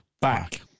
back